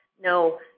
no